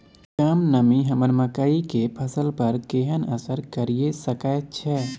कम नमी हमर मकई के फसल पर केहन असर करिये सकै छै?